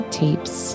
tapes